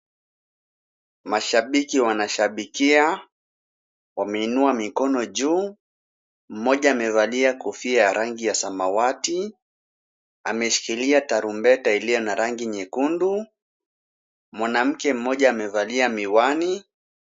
Mashabiki wanashabikia, wameinua mikono juu. Mmoja amevalia kofia ya rangi ya samawati, ameshikilia tarumbeta iliyo na rangi nyekundu. Mwanamke mmoja amezalia miwani.